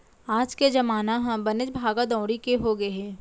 आज के जमाना ह बनेच भागा दउड़ी के हो गए हे